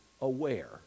aware